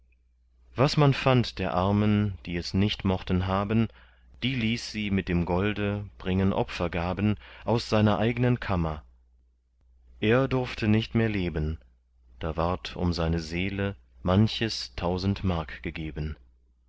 was man fand der armen die es nicht mochten haben die ließ sie mit dem golde bringen opfergaben aus seiner eignen kammer er durfte nicht mehr leben da ward um seine seele manches tausend mark gegeben